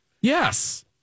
Yes